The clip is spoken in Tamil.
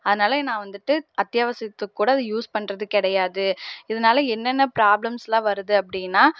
அதனாலே நான் வந்துட்டு அத்தியாவசியத்துக்கு கூட அதை யூஸ் பண்ணுறது கிடையாது இதனால் என்னென்ன ப்ராப்லம்ஸ்லாம் வருது அப்படின்னா